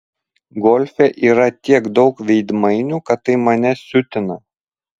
golfe yra tiek daug veidmainių kad tai mane siutina